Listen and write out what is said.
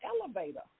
elevator